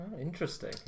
Interesting